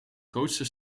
grootste